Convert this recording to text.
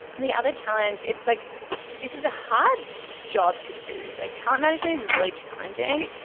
the other challenge it's like this is a hard job to do. like talent management is really challenging.